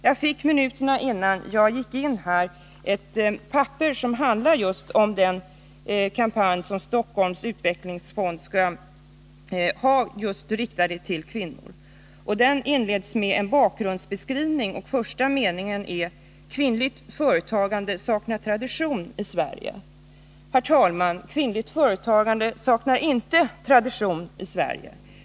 Jag fick minuterna innan jag gick in i kammaren ett papper som handlar om Stockholms utvecklingsfonds kampanj riktad just till kvinnor. Det här papperet inleds med en bakgrundsbeskrivning. Första meningen lyder: ”Kvinnligt företagande saknar tradition i Sverige.” Herr talman! Kvinnligt företagande saknar inte tradition i Sverige.